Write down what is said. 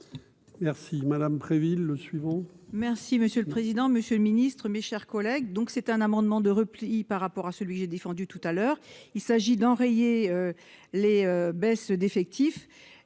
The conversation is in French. Merci madame Préville le suivant. Merci monsieur le président, Monsieur le Ministre, mes chers collègues, donc c'est un amendement de repli par rapport à celui que j'ai défendu tout à l'heure, il s'agit d'enrayer les baisses d'effectifs,